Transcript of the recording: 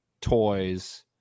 toys